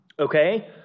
Okay